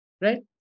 right